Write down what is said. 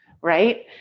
right